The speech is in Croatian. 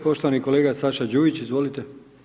Poštovani kolega Saša Đujić, izvolite.